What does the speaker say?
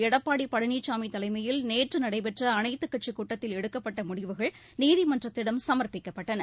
எடப்பாடிபழளிசாமிதலைமையில் நேற்றுநடைபெற்றஅனைத்துக்கட்சிகூட்டத்தில் எடுக்கப்பட்டமுடிவுகள் நீதிமன்றத்திடம் சம்ப்பிக்கப்பட்டன